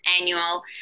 annual